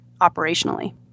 operationally